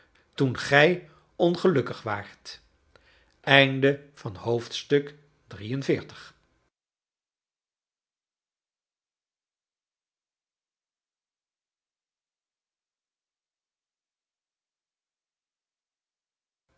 toen gij ongelukkig waart